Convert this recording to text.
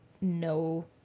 no